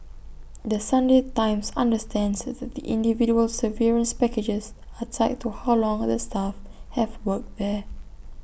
the Sunday times understands that the individual severance packages are tied to how long the staff have worked there